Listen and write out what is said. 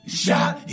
shot